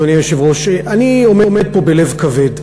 אדוני היושב-ראש, תודה, אני עומד פה בלב כבד.